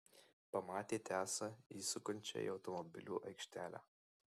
pamatė tesą įsukančią į automobilių aikštelę